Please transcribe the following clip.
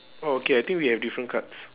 oh okay I think we have different cards